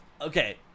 Okay